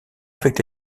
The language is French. avec